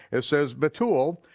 it says bethuel,